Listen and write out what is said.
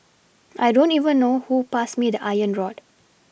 I don't even know who passed me the iron rod